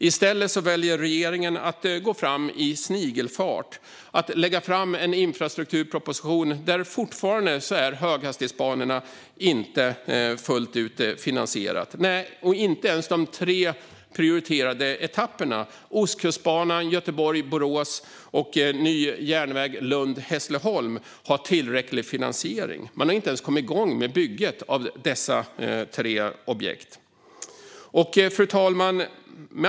I stället väljer regeringen att gå fram i snigelfart och lägga fram en infrastrukturproposition där höghastighetsbanorna fortfarande inte är fullt ut finansierade. Inte ens de tre prioriterade etapperna Ostkustbanan, Göteborg-Borås och ny järnväg Lund-Hässleholm har tillräcklig finansiering. Man har inte ens kommit igång med bygget av dessa tre objekt. Fru talman!